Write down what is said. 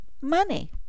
money